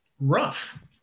rough